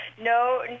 no